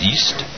East